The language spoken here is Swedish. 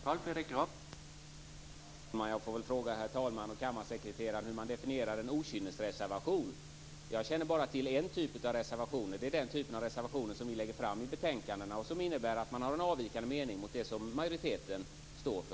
Herr talman! Jag får fråga herr talman och kammarsekreteraren hur man definierar en okynnesreservation. Jag känner bara till en typ av reservation, och det är den typen av reservation som vi lägger fram i betänkandena och som innebär att man har en avvikande mening i förhållande till det som majoriteten står för.